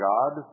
God